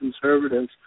conservatives